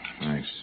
Nice